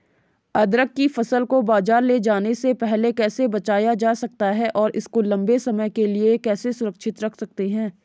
अदरक की फसल को बाज़ार ले जाने से पहले कैसे बचाया जा सकता है और इसको लंबे समय के लिए कैसे सुरक्षित रख सकते हैं?